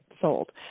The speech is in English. sold